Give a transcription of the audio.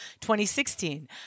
2016